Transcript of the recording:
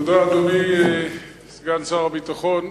תודה, אדוני סגן שר הביטחון.